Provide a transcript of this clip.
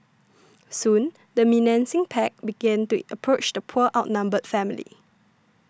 soon the menacing pack began to approach the poor outnumbered family